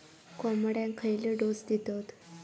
कोंबड्यांक खयले डोस दितत?